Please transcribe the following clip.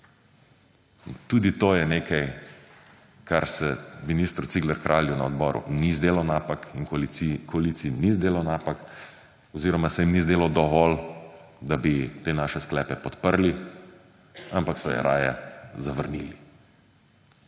Tudi to je nekaj kar se ministru Cigler Kralju na odboru ni zdelo napak in koaliciji ni zdelo napak oziroma se jim ni zdelo dovolj, da bi te naše sklepe podprli, ampak so jih raje zavrnili.